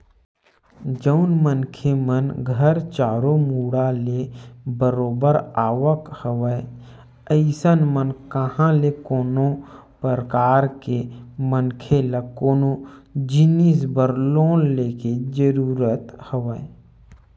जउन मनखे मन घर चारो मुड़ा ले बरोबर आवक हवय अइसन म कहाँ ले कोनो परकार के मनखे ल कोनो जिनिस बर लोन लेके जरुरत हवय